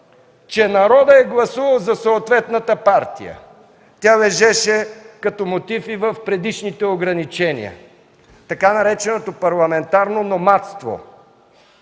че народът е гласувал за съответната партия. Тя лежеше като мотив и в предишните ограничения, така нареченото „парламентарно номадство”.